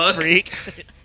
freak